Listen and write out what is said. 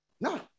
No